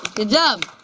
good job.